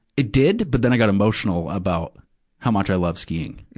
it did, but then i get emotional about how much i love skiing.